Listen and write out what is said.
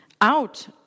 out